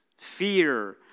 Fear